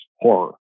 horror